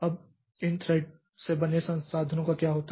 अब इन थ्रेड से बने संसाधनों का क्या होता है